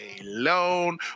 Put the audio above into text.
alone